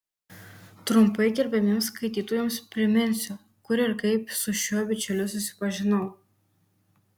trumpai gerbiamiems skaitytojams priminsiu kur ir kaip su šiuo bičiuliu susipažinau